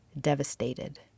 Devastated